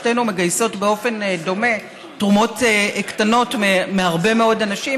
שתינו מגייסות באופן דוגמה תרומות קטנות מהרבה מאוד אנשים,